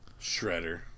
Shredder